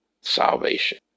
salvation